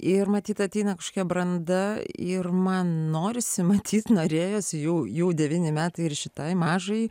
ir matyt ateina kažkokia branda ir man norisi matyt norėjosi jau jau devyni metai ir šitai mažai